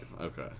Okay